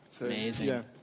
Amazing